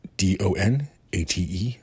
donate